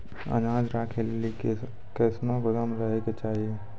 अनाज राखै लेली कैसनौ गोदाम रहै के चाही?